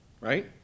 Right